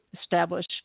establish